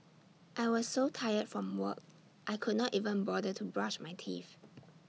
I was so tired from work I could not even bother to brush my teeth